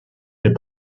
fait